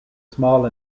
small